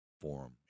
form